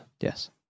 Yes